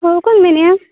ᱚ ᱚᱠᱚᱭᱮᱢ ᱢᱮᱱᱮᱫᱼᱟ